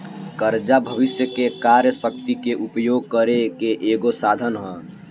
कर्जा भविष्य के कार्य शक्ति के उपयोग करे के एगो साधन ह